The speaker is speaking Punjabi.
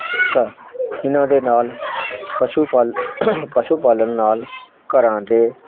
ਪਰ ਇਹਨਾਂ ਦੇ ਨਾਲ ਪਸ਼ੂ ਪਾਲ ਪਸ਼ੂ ਪਾਲਣ ਨਾਲ ਘਰਾਂ ਦੇ